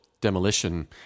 demolition